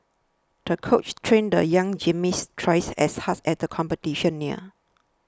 the coach trained the young gymnast twice as has as the competition neared